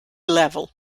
level